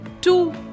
two